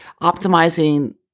optimizing